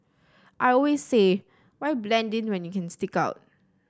I always say why blend in when you can stick out